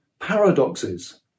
paradoxes